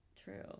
True